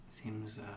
seems